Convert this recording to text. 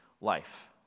life